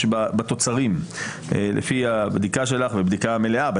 בפועל בתוצרים לפי הבדיקה שלך ובדיקה מלאה,